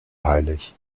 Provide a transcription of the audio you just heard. heilig